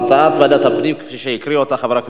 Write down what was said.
והגנת הסביבה בדבר תיקון טעות בחוק המדיניות